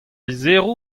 lizheroù